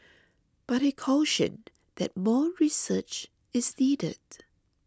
but he cautioned that more research is needed